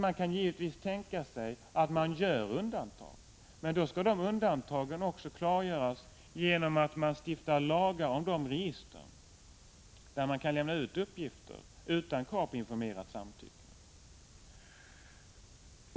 Man kan givetvis tänka sig att göra undantag, men då skall dessa undantag också klargöras genom lagstiftning om de register från vilka man kan lämna ut uppgifter utan krav på informerat samtycke.